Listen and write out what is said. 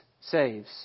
saves